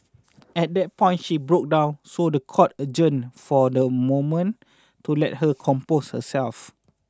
at that point she broke down so the court adjourned for the moment to let her compose herself